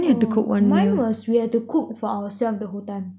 oh mine was we had to cook for ourselves the whole time